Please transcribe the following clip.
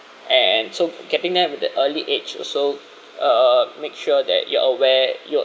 and so getting them at the early age also uh make sure that you are aware you're